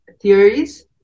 theories